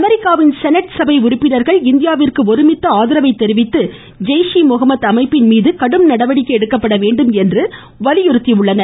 அமெரிக்காவின் செனட் சபை உறுப்பினர்கள் இந்தியாவிற்கு ஒருமித்த ஆதரவை தெரிவித்து ஜெய்ஷி முஹம்மது அமைப்பின் மீது கடும் நடவடிக்கை எடுக்கப்பட வேண்டும் என்று வலியுறுத்தி உள்ளனர்